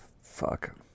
Fuck